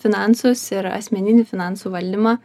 finansus ir asmeninį finansų valdymą